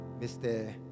Mr